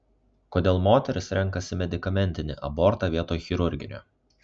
kodėl moterys renkasi medikamentinį abortą vietoj chirurginio